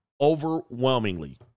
overwhelmingly